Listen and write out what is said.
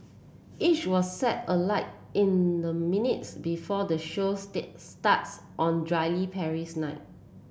each was set alight in the minutes before the show starts on drily Paris night